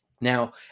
Now